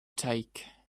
take